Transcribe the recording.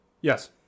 Yes